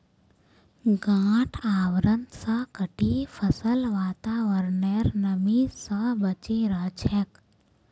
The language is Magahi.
गांठ आवरण स कटी फसल वातावरनेर नमी स बचे रह छेक